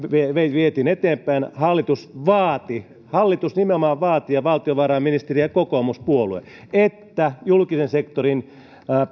vietiin eteenpäin hallitus vaati hallitus nimenomaan vaati ja valtiovarainministeri ja kokoomuspuolue että julkisen sektorin